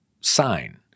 sign